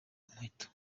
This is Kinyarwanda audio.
umuheto